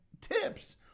tips